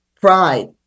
pride